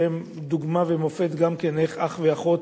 שגם הם דוגמה ומופת איך אח ואחות,